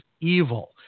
evil